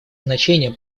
значение